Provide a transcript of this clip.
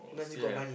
still have